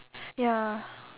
ya